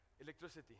electricity